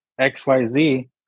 xyz